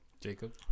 Jacob